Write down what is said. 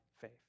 faith